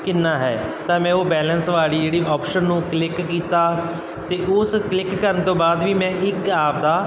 ਕਿੰਨਾ ਹੈ ਤਾਂ ਮੈਂ ਉਹ ਬੈਲੈਂਸ ਵਾਲੀ ਜਿਹੜੀ ਆਪਸ਼ਨ ਨੂੰ ਕਲਿੱਕ ਕੀਤਾ ਅਤੇ ਉਸ ਕਲਿੱਕ ਕਰਨ ਤੋਂ ਬਾਅਦ ਵੀ ਮੈਂ ਇੱਕ ਆਪਦਾ